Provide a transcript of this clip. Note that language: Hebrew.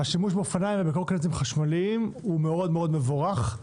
השימוש באופניים ובקורקינטים חשמליים הוא מאוד מאוד מבורך,